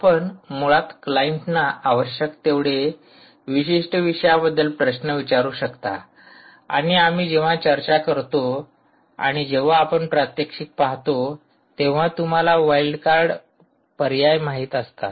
आपण मुळात क्लाईंटना आवश्यक तेवढे विशिष्ट विषयाबद्दल प्रश्न विचारू शकता आणि जेव्हा आम्ही चर्चा करतो आणि जेव्हा आपण प्रात्यक्षिक पाहतो तेव्हा तुम्हाला वाइल्ड कार्ड पर्याय माहित असतात